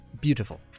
beautiful